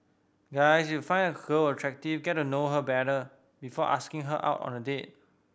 guys if you find a girl attractive get to know her better before asking her out on a date